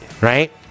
right